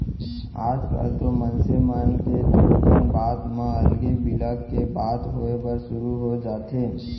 आजकल तो मनसे मन के थोकन बात म अलगे बिलग के बात होय बर सुरू हो जाथे